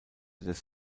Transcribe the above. des